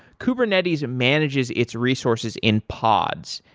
kubernetes manages its resources in pods.